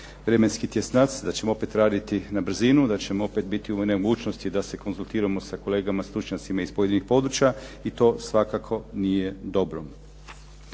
vremenski tjesnac, da ćemo opet raditi na brzinu, da ćemo opet biti u nemogućnosti da se konzultiramo sa kolegama stručnjacima iz pojedinih područja i to svakako nije dobro.